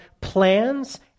plans